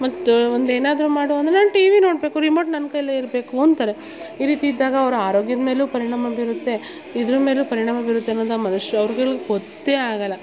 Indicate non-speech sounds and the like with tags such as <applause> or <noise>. ಮತ್ತು ಒಂದು ಏನಾದರು ಮಾಡು ಅಂದರೆ ಟಿವಿ ನೋಡಬೇಕು ರಿಮೋಟ್ ನನ್ ಕೈಯಲ್ಲೆ ಇರಬೇಕೂ ಅಂತಾರೆ ಈ ರೀತಿ ಇದ್ದಾಗ ಅವರ ಆರೋಗ್ಯದ ಮೇಲು ಪರಿಣಾಮ ಬೀರುತ್ತೆ ಇದ್ರ ಮೇಲು ಪರಿಣಾಮ ಬೀರುತ್ತೆ <unintelligible> ಮನುಷ್ಯ ಅವ್ರ್ಗಳುಗೆ ಗೊತ್ತೇ ಆಗೋಲ್ಲ